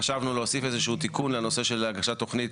חשבנו להוסיף איזשהו תיקון לנושא של הגשת תוכנית